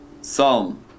Psalm